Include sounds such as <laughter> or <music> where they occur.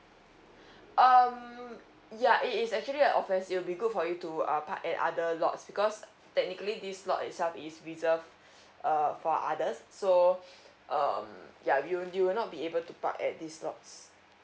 <breath> um ya it is actually a offence it'll be good for you to uh park at other lots because technically these lots itself is reserved err for others so <breath> um ya you weren't you will not be able to park at these lots